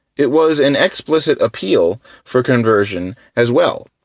it was an explicit appeal for conversion as well,